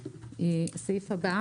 הסעיף הבא